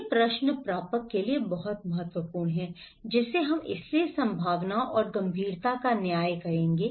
ये प्रश्न प्रापक के लिए बहुत महत्वपूर्ण हैं जिसे हम इसलिए संभावना और गंभीरता का न्याय करेंगे